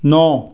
ਨੋ